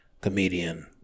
comedian